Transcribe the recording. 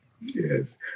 Yes